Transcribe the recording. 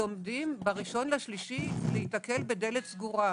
שעומדים ב-1.3 להיתקל בדלת סגורה,